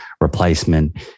replacement